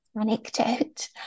anecdote